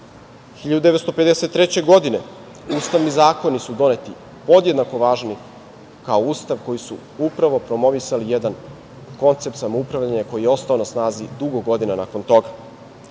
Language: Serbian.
1953. godine, podjednako važni kao Ustav, koji su upravo promovisali jedan koncept samoupravljanja koji je ostao na snazi dugo godina nakon toga. Da